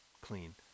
Clean